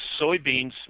soybeans